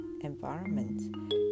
environment